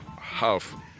half